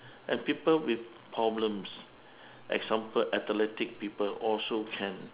and people with problems example athletic people also can